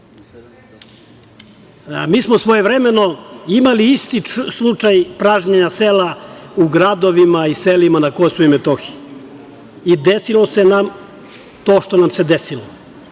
Mi smo svojevremeno imali isti slučaj pražnjenja sela u gradovima i selima na KiM. Desilo nam se to što nam se desilo,